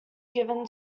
given